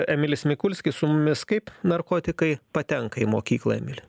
emilis mikulskis su mumis kaip narkotikai patenka į mokyklą emili